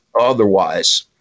otherwise